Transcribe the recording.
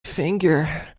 finger